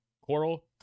coral